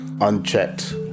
unchecked